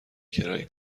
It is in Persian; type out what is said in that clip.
کرایه